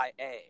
ia